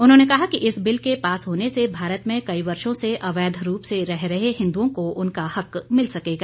उन्होंने कहा कि इस बिल के पास होने से भारत में कई वर्षों से अवैध रूप से रह रहे हिंदुओं को उनका हक मिल सकेगा